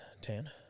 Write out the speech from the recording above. Ten